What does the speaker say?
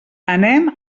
anem